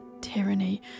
tyranny